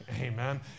Amen